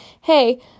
hey